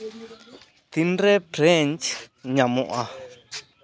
ᱛᱤᱱᱨᱮ ᱯᱷᱨᱮᱱᱪ ᱧᱟᱢᱚᱜᱼᱟ